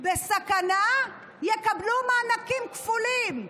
בסכנה יקבלו מענקים כפולים,